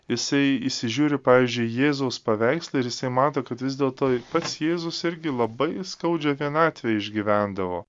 jisai įsižiūri pavyzdžiui jėzaus paveikslą ir jisai mato kad vis dėlto ir pats jėzus irgi labai skaudžią vienatvę išgyvendavo